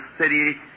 city